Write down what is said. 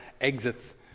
exits